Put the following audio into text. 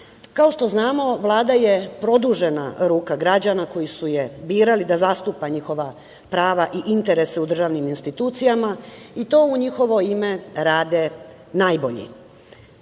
što znamo, Vlada je produžena ruka građana koji su je birali da zastupa njihova prava i interese u državnim institucijama i to u njihovo ime rade najbolji.